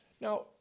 Now